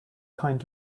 kind